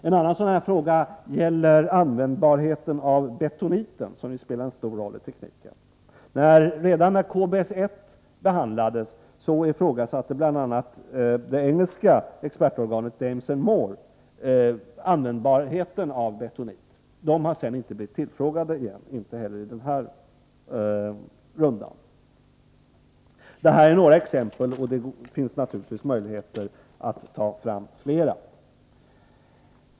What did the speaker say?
En annan sådan fråga gäller användbarheten av betoniten, som spelar stor roll i tekniken. Redan när KBS-1 behandlades ifrågasatte bl.a. det engelska expertorganet Dames & Moore användbarheten av betonit. Det organet har sedan inte blivit tillfrågat igen, inte heller i den här rundan. Det är några exempel; det finns naturligtvis möjligheter att ta fram fler.